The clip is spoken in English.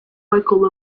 michael